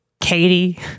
Katie